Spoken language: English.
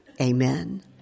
Amen